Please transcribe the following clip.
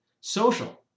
social